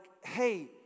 hey